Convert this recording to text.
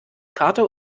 karte